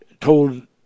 told